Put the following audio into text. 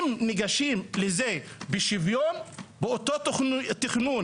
אם ניגשים לזה בשוויון באותו תכנון,